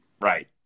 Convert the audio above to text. Right